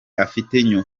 afite